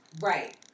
Right